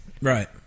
Right